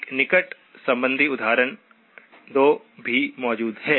एक निकट संबंधी उदाहरण 2 भी मौजूद है